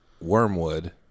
Wormwood